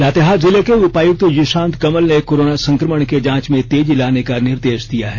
लातेहार जिले के उपायुक्त जिशांत कमल ने कोरोना संक्रमण के जांच में तेजी लाने का निर्देश दिया है